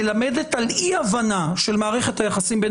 מלמדת על אי הבנה של מערכת היחסים בין